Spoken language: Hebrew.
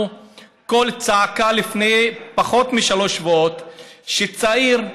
קול צעקה לפני פחות משלושה שבועות כשצעיר,